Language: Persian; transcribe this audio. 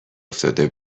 افتاده